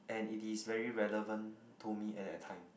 and it is very relevant to me at that time